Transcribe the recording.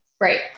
right